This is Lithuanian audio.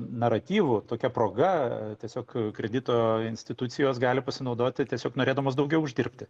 naratyvu tokia proga tiesiog kredito institucijos gali pasinaudoti tiesiog norėdamos daugiau uždirbti